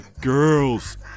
girls